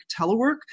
telework